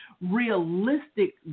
realistic